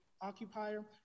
occupier